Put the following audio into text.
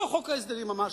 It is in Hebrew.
לא חוק ההסדרים ממש,